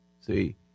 See